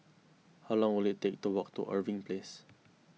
how long will it take to walk to Irving Place